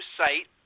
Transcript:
site